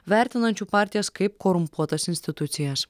vertinančių partijas kaip korumpuotas institucijas